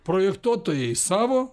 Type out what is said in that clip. projektuotojai savo